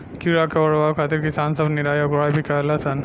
कीड़ा के ओरवावे खातिर किसान सब निराई आ गुड़ाई भी करलन सन